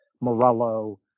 Morello